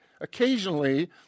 Occasionally